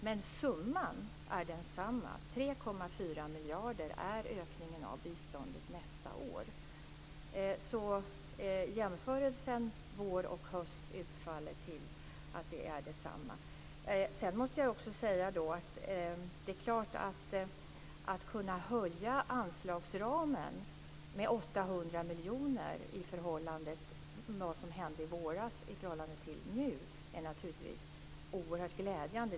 Men summan är densamma, 3,4 miljarder är ökningen av biståndet nästa år. Jämförelsen vår och höst ger utfallet att det är detsamma. Sedan måste jag också säga att det naturligtvis är oerhört glädjande att kunna höja anslagsramen med 800 miljoner mot bakgrund av det som hände i våras och hur det förhåller sig nu.